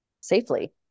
Safely